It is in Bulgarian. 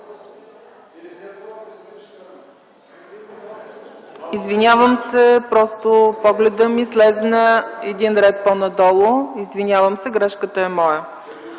Извинявам се, просто погледът ми слезе един ред по-надолу. Извинявам се, грешката е моя.